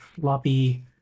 floppy